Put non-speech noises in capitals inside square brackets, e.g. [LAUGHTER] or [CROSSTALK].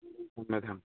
[UNINTELLIGIBLE]